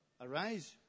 arise